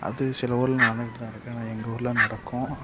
அது சில ஊரில் நடந்துகிட்டு தான் இருக்குது ஆனால் எங்கள் ஊரில் நடக்கும்